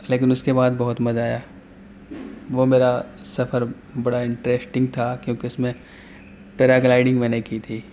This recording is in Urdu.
لیکن اس کے بعد بہت مزہ آیا وہ میرا سفر بڑا انٹریسٹنگ تھا کیونکہ اس میں پیرا گلائڈنگ میں نے کی تھی